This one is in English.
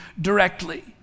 directly